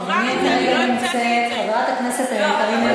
הוא אמר את זה, אני לא המצאתי את זה.